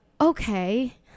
okay